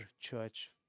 church